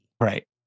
Right